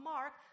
Mark